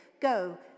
go